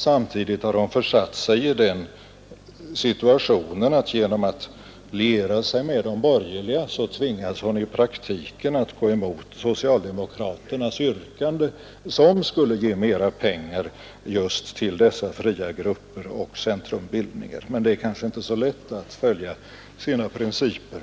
Samtidigt har hon genom att liera sig med de borgerliga försatt sig i den situationen att hon tvingas att i praktiken gå emot socialdemokraternas yrkande, som skulle ge mera pengar till just de fria grupperna och centrumbildningarna. Men det är kanske inte så lätt alla gånger att följa sin principer.